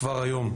כבר היום,